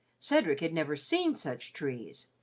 cedric had never seen such trees,